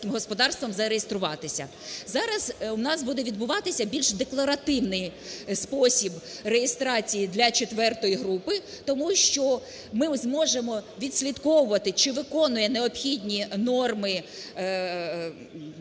Зараз у нас буде відбуватися більш декларативний спосіб реєстрації для четвертої групи, тому що ми зможемо відслідковувати, чи виконує необхідні норми подана, ну,